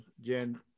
Jen